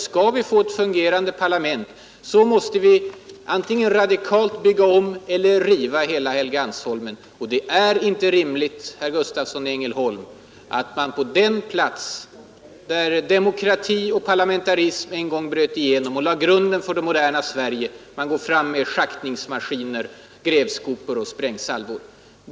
Skall vi få ett fungerande parlament på Helgeandsholmen, måste vi antingen bygga om eller riva hela Helgeandsholmen. Det är inte rimligt, herr Gustavsson i Ängelholm, att vi på den plats där demokrati och parlamentarism en gång bröt igenom och lade grunden för det moderna Sverige ska gå fram med schaktningsmaskiner, grävskopor och sprängsalvor.